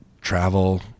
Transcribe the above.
travel